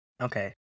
Okay